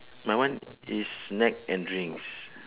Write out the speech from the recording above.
my one is snack and drinks